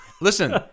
Listen